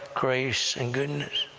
grace and goodness,